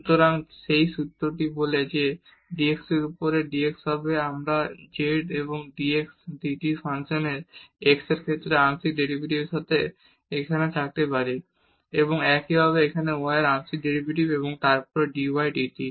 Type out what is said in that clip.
সুতরাং সেই সূত্রটি বলে যে dx এর উপরে dx হবে আমরা z এবং dx dt ফাংশনের x এর ক্ষেত্রে আংশিক ডেরিভেটিভের সাথে এখানে থাকতে পারি এবং একইভাবে এখানে y এর আংশিক ডেরিভেটিভ এবং তারপর dy dt